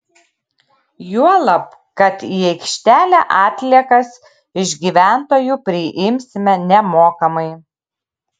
juolab kad į aikštelę atliekas iš gyventojų priimsime nemokamai